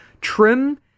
trim